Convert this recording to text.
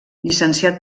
llicenciat